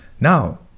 Now